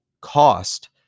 cost